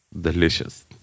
delicious